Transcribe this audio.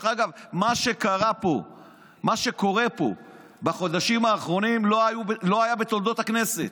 מה שקורה פה בחודשים האחרונים לא היה בתולדות הכנסת.